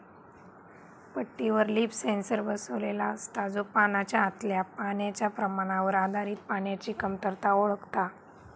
पट्टीवर leaf sensor बसवलेलो असता, जो पानाच्या आतल्या पाण्याच्या प्रमाणावर आधारित पाण्याची कमतरता ओळखता